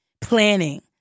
planning